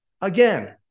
again